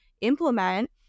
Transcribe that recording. implement